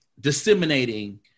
disseminating